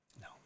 No